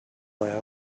left